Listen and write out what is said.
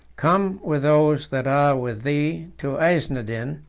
come with those that are with thee to aiznadin,